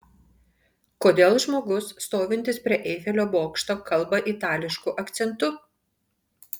kodėl žmogus stovintis prie eifelio bokšto kalba itališku akcentu